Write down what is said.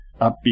upbeat